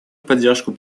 поддержку